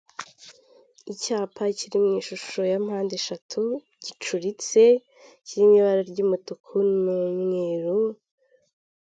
Icyapa kiri mu ishusho ya mpandeshatu gicuritse kirimo ibara ry'umutuku n'umweru.